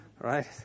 right